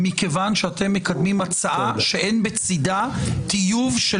מכיוון שאתם מקדמים הצעה שאין בצידה טיוב של